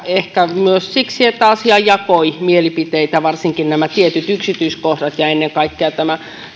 ehkä myös siksi että asia jakoi mielipiteitä varsinkin nämä tietyt yksityiskohdat ja ennen kaikkea